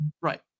Right